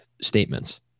statements